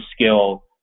skill